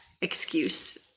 excuse